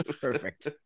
Perfect